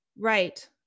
Right